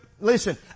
listen